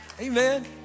Amen